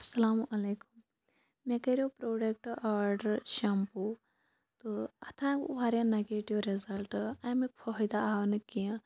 اَسَلامُ علیکُم مےٚ کرو پرٛوڈَکٹ آرڈَر شَمپوٗ تہٕ اَتھ آو واریاہ نَگیٹِو رِزَلٹہٕ اَمیُک فٲہدٕ آو نہٕ کینٛہہ